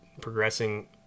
progressing